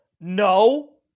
No